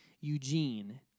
Eugene